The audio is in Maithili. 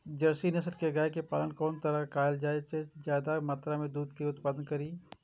जर्सी नस्ल के गाय के पालन कोन तरह कायल जाय जे ज्यादा मात्रा में दूध के उत्पादन करी?